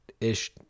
Ish